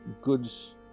goods